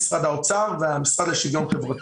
משרד האוצר והמשרד לשוויון חברתי.